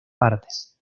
partes